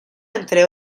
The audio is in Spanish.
entre